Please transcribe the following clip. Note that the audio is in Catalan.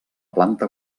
planta